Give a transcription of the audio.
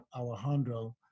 Alejandro